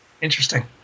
interesting